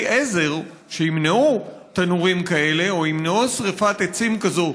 עזר שימנעו תנורים כאלה או ימנעו שרפת עצים כזאת,